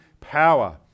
power